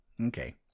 Okay